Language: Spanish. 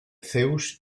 zeus